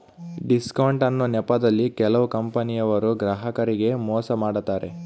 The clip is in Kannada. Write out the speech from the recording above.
ಡಿಸ್ಕೌಂಟ್ ಅನ್ನೊ ನೆಪದಲ್ಲಿ ಕೆಲವು ಕಂಪನಿಯವರು ಗ್ರಾಹಕರಿಗೆ ಮೋಸ ಮಾಡತಾರೆ